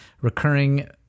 recurring